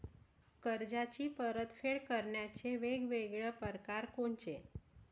कर्जाची परतफेड करण्याचे वेगवेगळ परकार कोनचे?